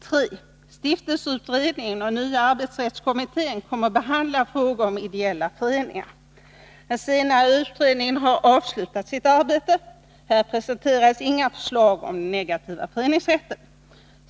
; 3. Stiftelseutredningen och nya arbetsrättskommittén kommer att behandla frågor om ideella föreningar. Den senare utredningen har avslutat sitt arbete. I betänkandet presenteras inga förslag om den negativa föreningsrätten.